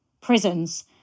prisons